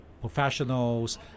professionals